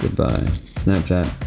bye snapchat.